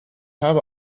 habe